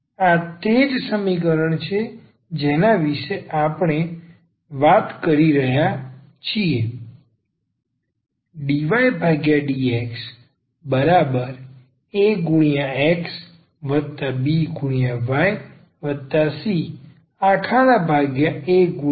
આ તે જ સમીકરણ છે જેના વિશે આપણે વાત કરી રહ્યા છીએ